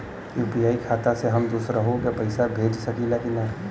UPI खाता से हम दुसरहु के पैसा भेज सकीला की ना?